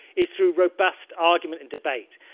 is through robust argument and debate.